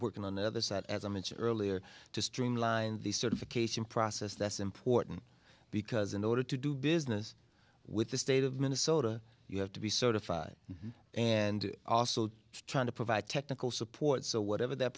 working on the other side as i mentioned earlier to streamline the certification process that's important because in order to do business with the state of minnesota you have to be certified and also trying to provide technical support so whatever that